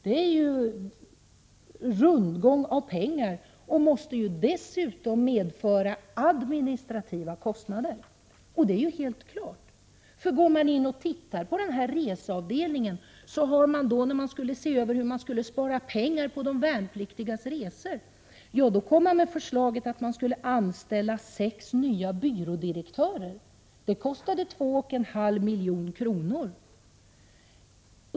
Det är ju rundgång av pengar och måste dessutom medföra administrativa kostnader. Det framgår helt klart av det förslag som reseavdelningen kom med när man skulle spara pengar på de värnpliktigas resor. Avdelningen föreslog att det skulle anställas sex nya byrådirektörer till en kostnad av 2,5 milj.kr.